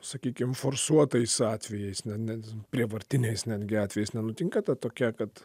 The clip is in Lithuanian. sakykime forsuotais atvejais ne ne prievartiniais netgi atvejais nenutinka tokia kad